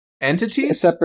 entities